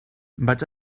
vaig